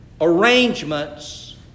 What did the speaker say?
arrangements